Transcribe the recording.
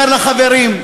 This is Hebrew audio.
אני אומר לחברים: